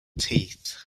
teeth